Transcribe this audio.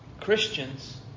Christians